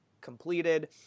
completed